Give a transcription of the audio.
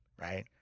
right